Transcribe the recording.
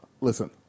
listen